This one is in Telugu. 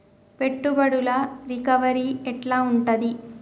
పెట్టుబడుల రికవరీ ఎట్ల ఉంటది?